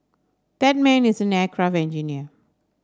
that man is an aircraft engineer